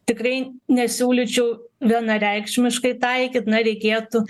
tikrai nesiūlyčiau vienareikšmiškai taikyt na reikėtų